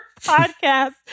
podcast